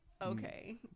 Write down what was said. Okay